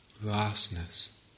vastness